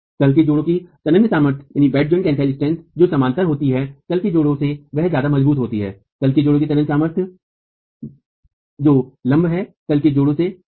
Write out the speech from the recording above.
तल के जोड़ों की तन्य सामर्थ्य जो समांतर होती है तल के जोड़ों से वह ज्यादा मजबूत होती है तल के जोड़ों की तन्य सामर्थ्य जी लम्ब है तल के जोड़ों से सही है